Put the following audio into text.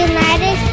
United